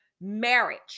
marriage